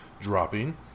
dropping